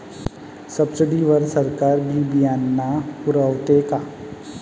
Subsidy वर सरकार बी बियानं पुरवते का?